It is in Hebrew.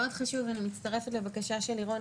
אני מצטרפת לבקשה של לירון,